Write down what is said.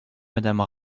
madame